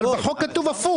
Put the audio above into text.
אבל בהצעת החוק כתוב להיפך.